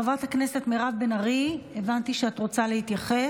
חברת הכנסת מירב בן ארי, הבנתי שאת רוצה להתייחס.